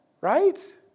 Right